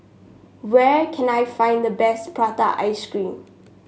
where can I find the best Prata Ice Cream